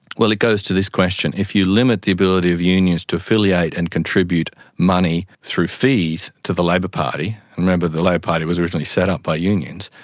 well, it goes to this question if you limit the ability of unions to affiliate and contribute money through fees to the labor party, and remember the labor party was originally set up by unions,